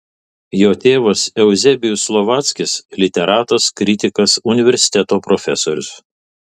jo tėvas euzebijus slovackis literatas kritikas universiteto profesorius